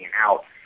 out